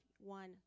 one